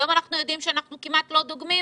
היום אנחנו יודעים שאנחנו כמעט לא דוגמים